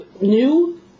new